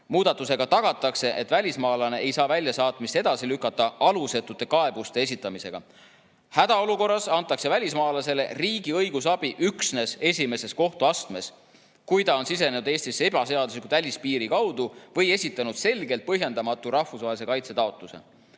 Muudatusega tagatakse, et välismaalane ei saa väljasaatmist edasi lükata alusetute kaebuste esitamisega. Hädaolukorras antakse välismaalasele riigi õigusabi üksnes esimeses kohtuastmes, kui ta on sisenenud Eestisse välispiiri kaudu ebaseaduslikult või esitanud selgelt põhjendamatu rahvusvahelise kaitse taotluse.